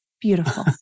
beautiful